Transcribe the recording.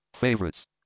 favorites